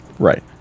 Right